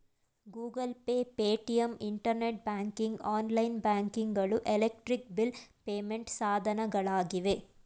Google Pay, Paytm, internet banking, online banking ಗಳು electric bill payment ಸಾಧನಗಳಾಗಿವೆ